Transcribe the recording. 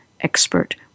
expert